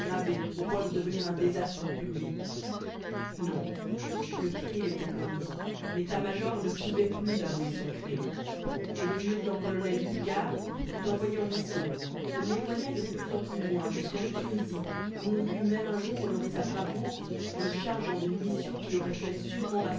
au point de devenir un désastre public non le crime était commis l'état-major ne pouvait plus avouer son crime et le lieutenant-colonel picquart fut envoyé en mission on l'éloigna de plus en plus loin jusqu'en tunisie où l'on voulut même un jour honorer sa bravoure en le chargeant d'une mission qui l'aurait sûrement